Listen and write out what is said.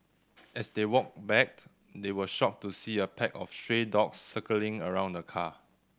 as they walked back they were shocked to see a pack of stray dogs circling around the car